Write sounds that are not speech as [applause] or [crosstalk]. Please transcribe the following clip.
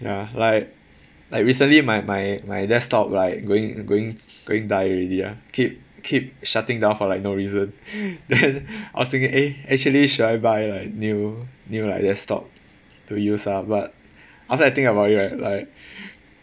ya like like recently my my my desktop like going going going die already ah keep keep shutting down for like no reason [breath] then I was thinking eh actually should I buy like new new like desktop to use ah but after I think about it right like [breath]